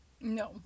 no